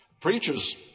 Preachers